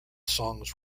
songs